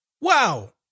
Wow